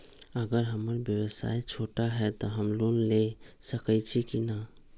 अगर हमर व्यवसाय छोटा है त हम लोन ले सकईछी की न?